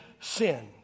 sin